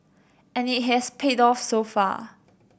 and it has paid off so far